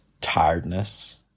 tiredness